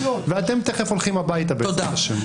ואתם תיכף הולכים הביתה בעזרת השם.